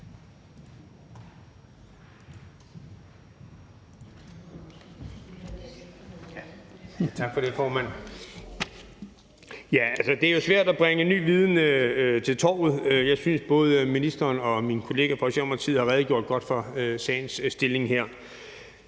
Tak for det, formand. Det er jo svært at bringe ny viden til torvs. Jeg synes, at både ministeren og min kollega fra Socialdemokratiet har redegjort godt for sagens stilling her.